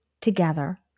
together